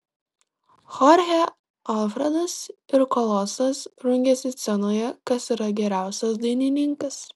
chorchė alfredas ir kolosas rungiasi scenoje kas yra geriausias dainininkas